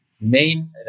main